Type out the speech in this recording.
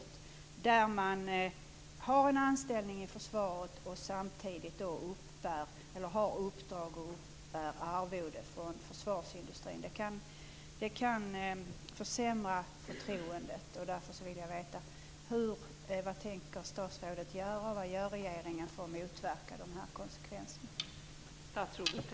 Det gäller personer som har en anställning i försvaret och samtidigt uppbär arvode från försvarsindustrin. Det kan försämra förtroendet. Därför vill jag veta vad statsrådet tänker göra. Vad gör regeringen för att motverka dessa konsekvenser?